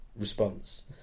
response